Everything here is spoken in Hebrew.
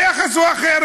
היחס הוא אחר.